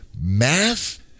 math